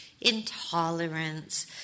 intolerance